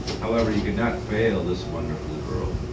however, he could not fail this wonderful girl,